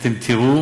ואתם תראו